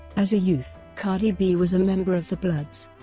as a youth, cardi b was a member of the bloods,